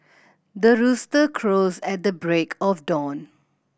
the rooster crows at the break of dawn